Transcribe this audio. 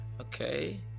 okay